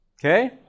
Okay